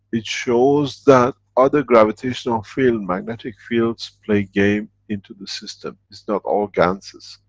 it shows that other gravitational fields, magnetic fields play game into the system, it's not all ganses.